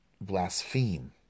blaspheme